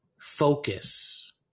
focus